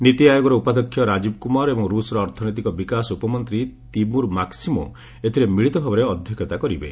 ନୀତି ଆୟୋଗର ଉପାଧ୍ୟକ୍ଷ ରାଜୀବ କୁମାର ଏବଂ ରୁଷ୍ର ଅର୍ଥନୈତିକ ବିକାଶ ଉପମନ୍ତ୍ରୀ ତିମୁର୍ ମାକ୍ଟିମୋ ଏଥିରେ ମିଳିତ ଭାବେ ଅଧ୍ୟକ୍ଷତା କରିବେ